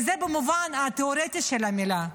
זה במובן התיאורטי של המילה,